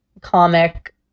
comic